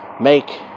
make